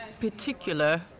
particular